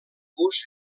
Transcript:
bus